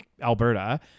Alberta